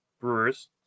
Brewers